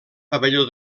pavelló